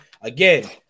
Again